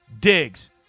Diggs